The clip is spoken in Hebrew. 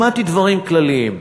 שמעתי דברים כלליים: